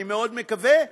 אני מאוד מקווה ומייחל,